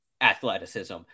athleticism